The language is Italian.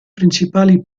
principali